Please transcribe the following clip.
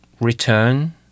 return